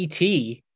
et